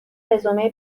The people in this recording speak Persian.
رزومه